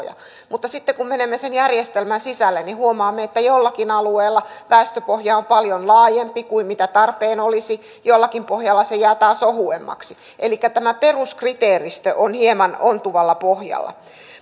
mutta sitten kun menemme sen järjestelmän sisälle niin huomaamme että jollakin alueella väestöpohja on paljon laajempi kuin mitä tarpeen olisi jollakin pohjalla se jää taas ohuemmaksi elikkä tämä peruskriteeristö on hieman ontuvalla pohjalla